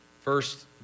First